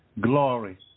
Glory